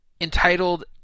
Entitled